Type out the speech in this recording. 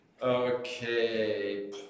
Okay